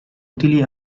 utili